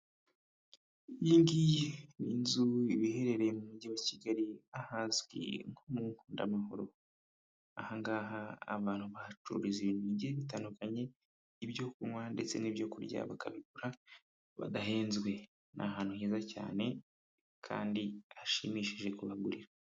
Iyo ngiyi ni inzu iherereye mu mujyi wa Kigali ahazwi nko mu nkundamahoro. Ahangaha abantu bahacuruza ibintu bitandukanye, ibyo kunywa, ndetse n'ibyokurya bakabigura badahenzwe. Ni ahantu heza cyane, kandi hashimishije kuhagurira.